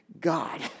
God